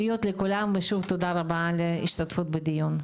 בריאות לכולם ושוב תודה רבה על ההשתתפות בדיון,